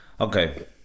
Okay